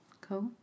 Cool